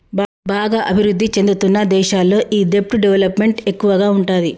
బాగా అభిరుద్ధి చెందుతున్న దేశాల్లో ఈ దెబ్ట్ డెవలప్ మెంట్ ఎక్కువగా ఉంటాది